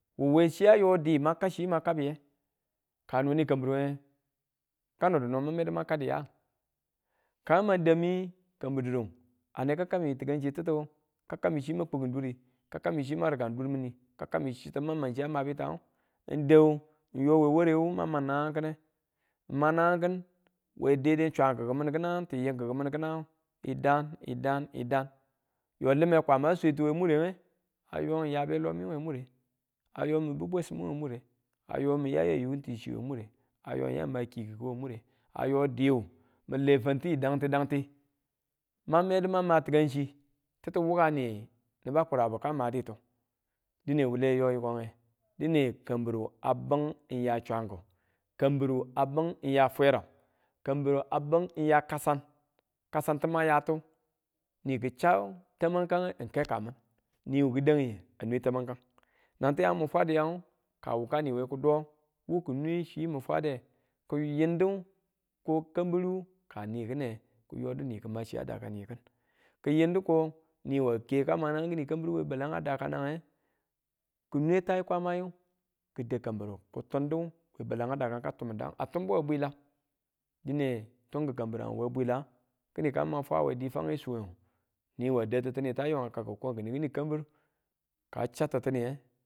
N we chiya a yo dii ma kam chi ma chi kambiye, kano ne kambiruwe kanodu no mang medu mang kudu ya? kan mang dau mi kambir didu a neka kammi tikanchi titu kammi chima kukin dure, ka kammi chi mang rikang dur mine, kammi chitu mang mang chiyan ma bitangu n dau n yo we ware wu mang nangang ki̱ne nangang ki̱ne we daidai chaaki ki n min kinangu ti ying kiku min kinangu yida yida yida yida yo lime kwama swetuwe murenge a yo n ya belomi we mure a yo mu bub bwesimmu we mure n ya yayu n ti chi we mure a yo yan ma kiiki we mure a yo diu n le fantiyu dangti dangti, ma medu man ma tikangchi titi wukani nibu kurabu ka maditu dine wule yo yikong dine kambiru a bung, n ya changu kambiru, a bung a ya fwera, kambiru a bung a ya kasang kasantu niwu ki chau tamange n ke ka min niwu ki dagiye a nwe tamang kan nan tiyag mi fwadu yangu ka wu ka ni wu kidon wu ki nwe chi mi fwade ki yindu ko kambiru ka kine kiyodu ni kima chiya a daka ni, ki̱n ku yindu ko niya ke ka nanang kini kambiru we baleng a dakanange ki nwe tai kwamye ki dau kambiru ki tundu we bale a dakanang ka tummi daange a tunbuwe bwila dine tunki kambiran we bwila kini kan ma fwawe dii swanga suwe, ni a dau ti̱tinikai a yo a kakku ko ki̱n kini kambiru ka chau ti̱tinitu.